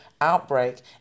outbreak